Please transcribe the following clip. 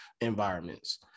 environments